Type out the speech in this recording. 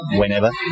whenever